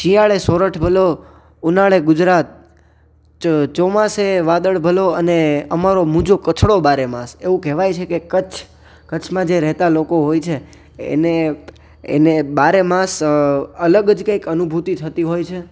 શિયાળે સોરઠ ભલો ઉનાળે ગુજરાત ચ ચોમાસે વાદળ ભલો અને અમારો મૂજો કચ્છડો બારેમાસ એવું કહેવાય છે કે કચ્છ કચ્છમાં જે રહેતા લોકો હોય છે એને એને બારેમાસ અલગ જ કંઈક અનુભૂતિ થતી હોય છે